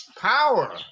power